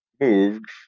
moved